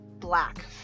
Black